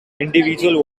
individual